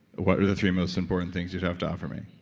what are the three most important things you'd have to offer me?